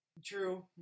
True